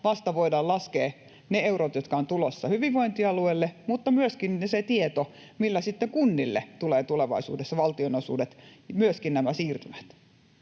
pohjalta voidaan laskea ne eurot, jotka ovat tulossa hyvinvointialueille, mutta myöskin se tieto, millä sitten kunnille tulee tulevaisuudessa valtionosuudet ja myöskin nämä siirtymät.